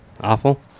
awful